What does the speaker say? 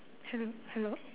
hello hello